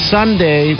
Sunday